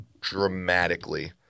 dramatically